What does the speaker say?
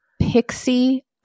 pixie